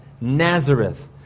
Nazareth